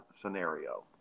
scenario